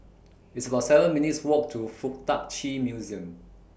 It's about seven minutes' Walk to Fuk Tak Chi Museum